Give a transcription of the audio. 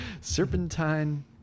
Serpentine